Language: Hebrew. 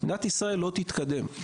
מדינת ישראל לא תתקדם,